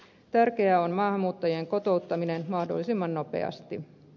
tärkeää on maahanmuuttajien kotouttaminen mahdollisimman nopeasti